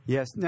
Yes